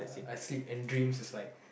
I sleep and dreams is like